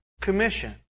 commission